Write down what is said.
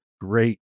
great